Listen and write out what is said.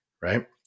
Right